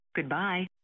Goodbye